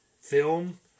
film